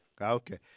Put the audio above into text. Okay